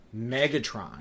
Megatron